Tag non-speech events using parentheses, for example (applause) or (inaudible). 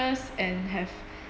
and have (breath)